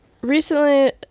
recently